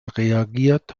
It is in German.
reagiert